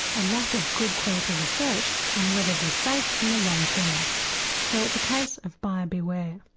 a lack of good quality research on whether they're safe in the long term so it's a case of buyer beware.